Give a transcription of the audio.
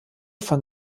von